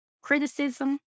criticism